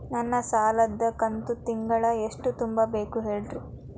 ನನ್ನ ಸಾಲದ ಕಂತು ತಿಂಗಳ ಎಷ್ಟ ತುಂಬಬೇಕು ಹೇಳ್ರಿ?